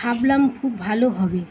ভাবলাম খুব ভালো হবে